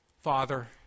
Father